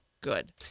good